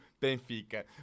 Benfica